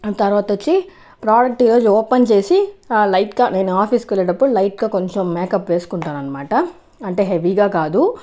తర్వాత వచ్చి ప్రోడక్ట్ ఈ రోజు ఓపెన్ చేసి ఆ లైట్గా నేను ఆఫీస్కి వెళ్లేటప్పుడు లైట్గా కొంచెం మేకప్ వేసుకుంటాను అనమాట అంటే హెవీగా కాదు